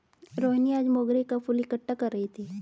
रोहिनी आज मोंगरे का फूल इकट्ठा कर रही थी